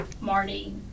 Marty